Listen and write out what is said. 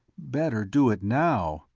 better do it now,